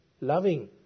loving